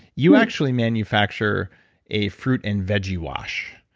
you actually manufacture a fruit and veggie wash.